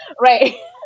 right